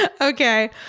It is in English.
Okay